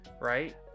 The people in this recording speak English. Right